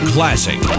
Classic